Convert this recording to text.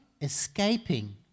escaping